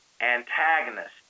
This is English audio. antagonist